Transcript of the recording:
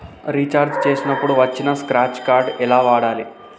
Recharge చేసినప్పుడు వచ్చిన scratch card ఎలా వాడాలి?